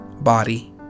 body